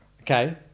Okay